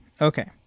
Okay